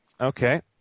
Okay